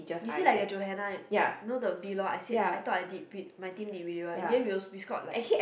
you see like the Johanna like know the below I seek I thought I did bid my team did pretty well in the end we scored like